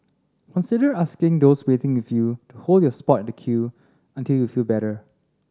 consider asking those waiting with you to hold your spot in the queue until you feel better